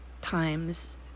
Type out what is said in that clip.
times